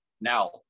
now